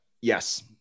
Yes